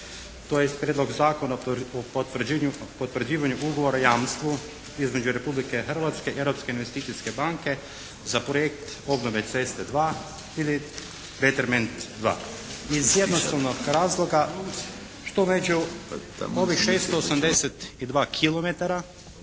tj. Prijedlog zakona o potvrđivanju Ugovora o jamstvu između Republike Hrvatske i Europske investicijske banke za projekt "Obnove ceste II" ili "Beterment II". Iz jednostavnog razloga što među ovih 682